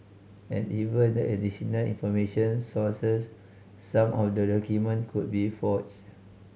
and even the additional information sources some of the document could be forged